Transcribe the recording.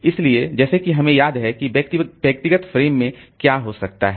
इसलिए जैसे कि हमें याद है कि व्यक्तिगत फ़्रेम में क्या हो रहा है